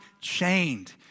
chained